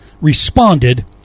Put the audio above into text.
responded